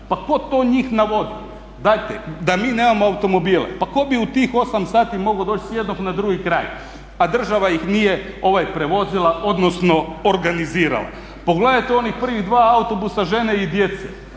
Pa ko to njih navodi? Dajte, da mi nemamo automobile, pa ko bi u tih 8 sati mogao doći s jednog na drug kraj? A država ih nije prevozila odnosno organizirala. Pogledajte u onih prvih dva autobusa žene i djece